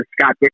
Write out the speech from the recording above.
Scott